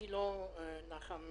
כשנכנסנו למשבר הממשלה נתנה אצלך כמה